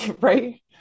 right